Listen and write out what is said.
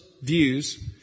views